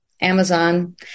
Amazon